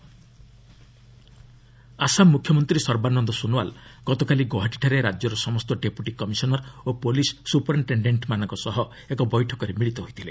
Assam NRC Assam ମୁଖ୍ୟମନ୍ତ୍ରୀ ସର୍ବାନନ୍ଦ ସୋନୋୱାଲ୍ ଗତକାଲି ଗୌହାଟିଠାରେ ରାଜ୍ୟର ସମସ୍ତ ଡେପୁଟି କମିଶନର୍ ଓ ପୁଲିସ୍ ସୁପରିକ୍ଷେଶ୍ଡେଣ୍ଟମାନଙ୍କ ସହ ଏକ ବୈଠକରେ ମିଳିତ ହୋଇଥିଲେ